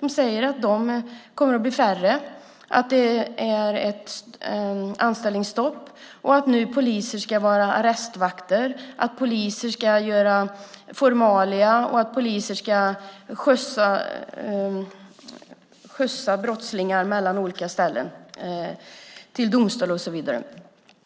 De säger att de kommer att bli färre, att det är anställningsstopp, att poliser nu ska vara arrestvakter, ägna sig åt formalia och skjutsa brottslingar mellan olika ställen, till domstolar och så vidare.